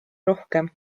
rohkem